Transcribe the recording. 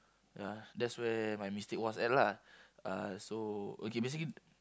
ya that's where my mistake was at lah uh so okay basically